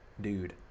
dude